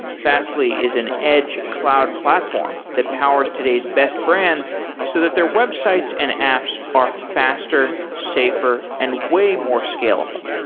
fastly is an edge cloud platform that powers today's best brands so that their websites and apps are faster, safer and way more scalable.